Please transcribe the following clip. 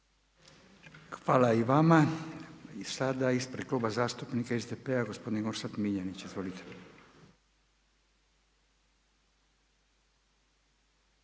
Hvala i vama. I sada ispred Kluba zastupnika SDP-a gospodin Orsat Miljenić. Izvolite.